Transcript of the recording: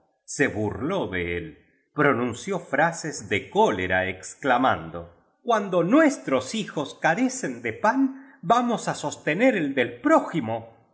se burló de él pronunció frases de cólera exclamando cuando nuestros hijos carecen de pan vamos á sostener biblioteca nacional de españa el niño estrella el del prójimo